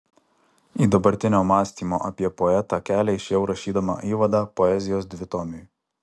į dabartinio mąstymo apie poetą kelią išėjau rašydama įvadą poezijos dvitomiui